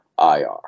IR